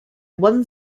one